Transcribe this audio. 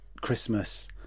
Christmas